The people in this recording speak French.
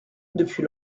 depuis